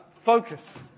Focus